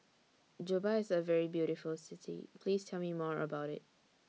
Juba IS A very beautiful City Please Tell Me More about IT